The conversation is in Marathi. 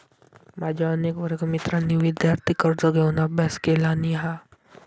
माझ्या अनेक वर्गमित्रांनी विदयार्थी कर्ज घेऊन अभ्यास केलानी हा